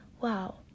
wow